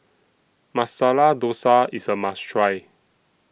Masala Dosa IS A must Try